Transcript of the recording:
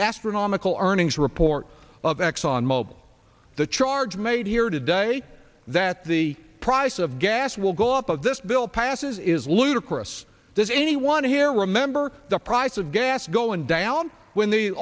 astronomical earnings report of exxon mobil the charge made here today that the price of gas will go up of this bill passes is ludicrous that anyone here remember the price of gas go and down when the